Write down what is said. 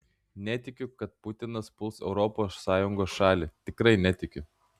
netikiu kad putinas puls europos sąjungos šalį tikrai netikiu